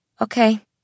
Okay